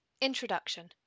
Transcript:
Introduction